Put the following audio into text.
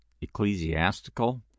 ecclesiastical